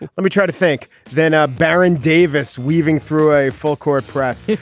let me try to think then ah baron davis weaving through a full court press.